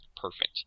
Perfect